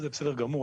זה בסדר גמור,